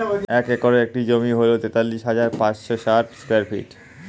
এক একরের একটি জমি হল তেতাল্লিশ হাজার পাঁচশ ষাট স্কয়ার ফিট